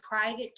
private